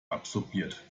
absorbiert